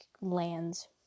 lands